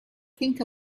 think